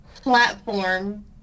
Platform